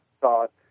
thought